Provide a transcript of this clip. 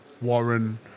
Warren